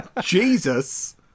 Jesus